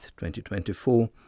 2024